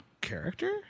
Character